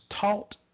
taught